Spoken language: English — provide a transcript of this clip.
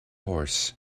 horse